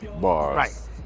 bars